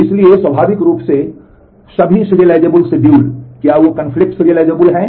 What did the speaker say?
इसलिए स्वाभाविक रूप से सभी serilizable schedules क्या वे विरोधाभासी serializable हैं